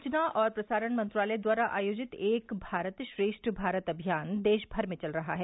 सूचना और प्रसारण मंत्रालय द्वारा आयोजित एक भारत श्रेष्ठ भारत अभियान देश भर में चल रहा है